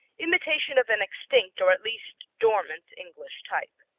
imitation of an extinct or at least dormant english type.